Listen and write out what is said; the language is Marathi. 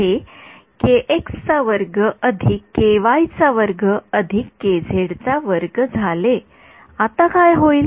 हे झाले आता काय होईल